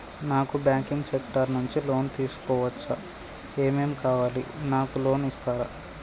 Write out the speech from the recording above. నాకు banking sector నుంచి loan తీసుకోవచ్చా? ఏమేం కావాలి? నాకు లోన్ ఇస్తారా?